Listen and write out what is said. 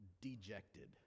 dejected